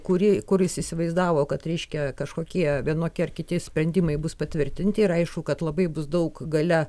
kuri kuris įsivaizdavo kad reiškia kažkokie vienokie ar kiti sprendimai bus patvirtinti ir aišku kad labai bus daug gale